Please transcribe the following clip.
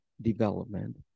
development